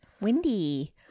windy